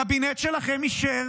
הקבינט שלכם אישר